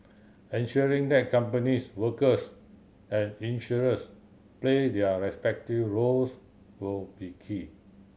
ensuring that companies workers and insurers play their respective roles will be key